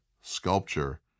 sculpture